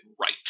right